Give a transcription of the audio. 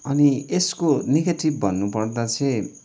अनि यसको नेगेटिभ भन्नुपर्दा चाहिँ